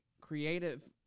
Creative